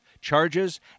charges